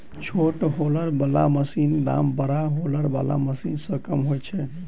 छोट हौलर बला मशीनक दाम बड़का हौलर बला मशीन सॅ कम होइत छै